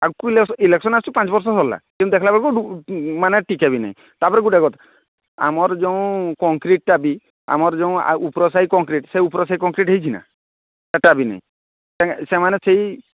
ଆଗକୁ ଇଲେକ୍ସନ୍ ଆସୁଛି ପାଞ୍ଚ ବର୍ଷ ସରିଲା କିନ୍ତୁ ଦେଖିଲାବେଳକୁ ମାନେ ଟିକେ ବି ନାହିଁ ତାପରେ ଗୋଟିଏ କଥା ଆମର ଯେଉଁ କଂକ୍ରିଟ୍ଟା ବି ଆମର ଯେଉଁ ଆଉ ଉପର ସାହି କଂକ୍ରିଟ୍ ସେ ଉପର ସାହି କଂକ୍ରିଟ୍ ହେଇଛି ନା ସେଇଟା ବି ନାହିଁ ସେମାନେ ସେଇ